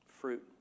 Fruit